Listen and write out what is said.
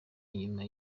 nyuma